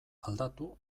aldatu